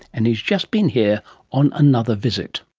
and he has just been here on another visit.